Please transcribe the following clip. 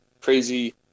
crazy